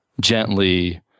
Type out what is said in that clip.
gently